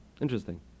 Interesting